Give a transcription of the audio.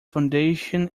foundation